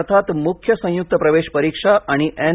अर्थात मुख्य संयुक्त प्रवेश परीक्षा आणि एन